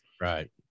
right